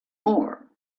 more